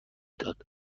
داد